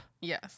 Yes